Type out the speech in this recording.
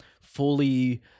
fully